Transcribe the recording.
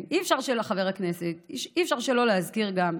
חבר הכנסת בני בגין, אי-אפשר שלא להזכיר גם,